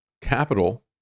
capital